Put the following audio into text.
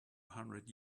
hundred